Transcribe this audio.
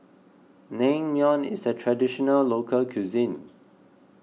Naengmyeon is a Traditional Local Cuisine